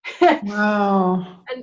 Wow